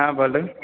हँ बोलू